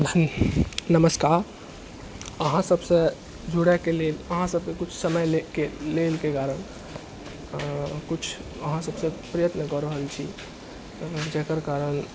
नमस्कार अहाँ सबसँ जुड़ैके लेल अहाँसबके कुछ समय लैके कारण कुछ अहाँ सबसँ प्रयत्न कऽ रहल छी जकर कारण